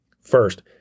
First